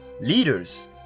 leaders